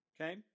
Okay